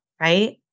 right